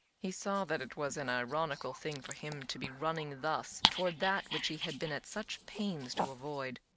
he saw that it was an ironical thing for him to be running thus toward that which he had been at such pains to avoid.